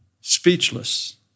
Speechless